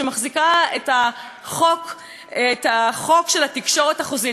שמחזיקה את החוק של התקשורת החוזית.